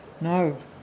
No